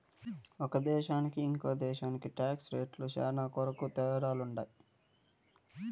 ఒక దేశానికి ఇంకో దేశానికి టాక్స్ రేట్లు శ్యానా కొరకు తేడాలుంటాయి